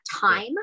Time